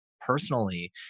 personally